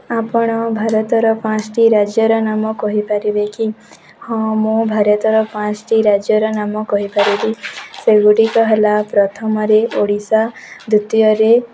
ଆପଣ ଭାରତର ପାଞ୍ଚଟି ରାଜ୍ୟର ନାମ କହିପାରିବେ କି ହଁ ମୁଁ ଭାରତର ପାଞ୍ଚଟି ରାଜ୍ୟର ନାମ କହିପାରିବି ସେଗୁଡ଼ିକ ହେଲା ପ୍ରଥମରେ ଓଡ଼ିଶା ଦ୍ଵିତୀୟରେ